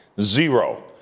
Zero